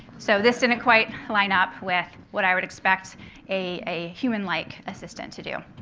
so this didn't quite line up with what i would expect a human-like assistant to do.